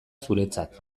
zuretzat